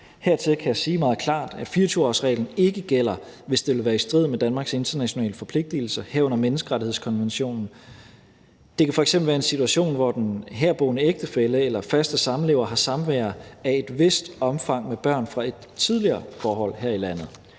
Hertil kan jeg sige meget klart, at 24-årsreglen ikke gælder, hvis det vil være i strid med Danmarks internationale forpligtigelser, herunder menneskerettighedskonventionen. Det kan f.eks. være en situation, hvor den herboende ægtefælle eller faste samlever har samvær af et vist omfang med børn fra et tidligere forhold her i landet.